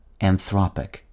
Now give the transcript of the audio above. anthropic